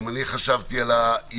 גם אני חשבתי על עיתוי